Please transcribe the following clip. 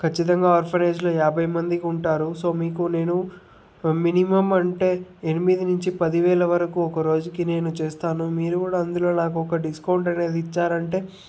ఖచ్చితంగా ఆర్ఫనైజ్లో యాభై మందికి ఉంటారు సో మీకు నేను మినిమమ్ అంటే ఎనిమిది నుంచి పదివేల వరకు ఒకరోజుకి నేను చేస్తాను మీరు కూడా అందులో నాకు ఒక డిస్కౌంట్ అనేది ఇచ్చారంటే